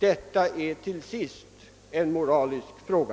Detta är till sist en moralisk fråga.